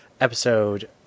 episode